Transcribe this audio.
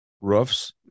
roofs